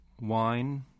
wine